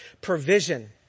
provision